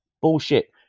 Bullshit